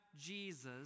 Jesus